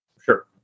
Sure